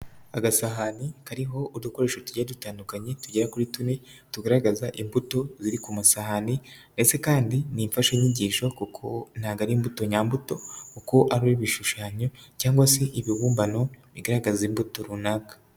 Agasahani kariho udukoresho tugiye dutandukanye tugera kuri tune, tugaragaza imbuto ziri ku masahani ndetse kandi ni imfashanyigisho kuko ntabwo ari imbuto nyambuto, uko ari ibishushanyo cyangwa se ibibumbano bigaragaza imbuto runaka.